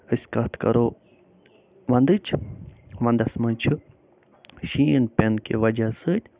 أسۍ کتھ کَرو ونٛدٕچ ونٛدس منٛز چھِ شیٖن پٮ۪ن کہِ وجہ سۭتۍ